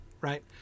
Right